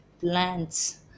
plants